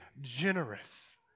generous